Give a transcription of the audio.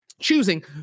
Choosing